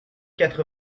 quatre